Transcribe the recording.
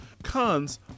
cons